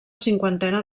cinquantena